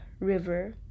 river